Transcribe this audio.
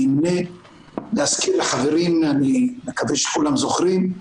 להזכיר לחברים, אני מקווה שכולם זוכרים,